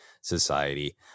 society